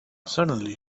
suddenly